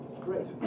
Great